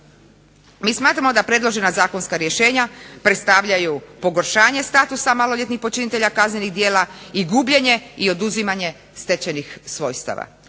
Mi smatramo da predložena zakonska rješenja predstavljaju pogoršanje statusa maloljetnih počinitelja kaznenih djela i gubljenje i oduzimanje stečajnih svojstava,